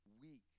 weak